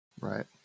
right